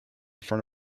front